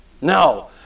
No